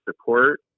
support